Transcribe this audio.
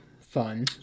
Fun